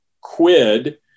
quid